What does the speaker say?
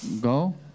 go